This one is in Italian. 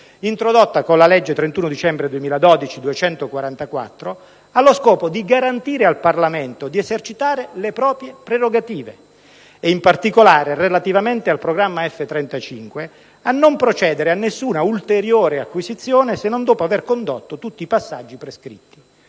introdotta con la legge 31 dicembre 2012, n. 244, allo scopo di garantire al Parlamento di esercitare le proprie prerogative, e in particolare, relativamente al programma F-35, a non procedere a nessuna ulteriore acquisizione, se non dopo aver condotto tutti i passaggi prescritti,